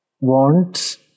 wants